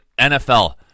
NFL